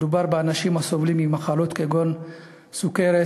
מדובר באנשים הסובלים ממחלות כגון סוכרת,